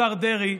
השר דרעי.